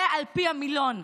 זה על פי המילון.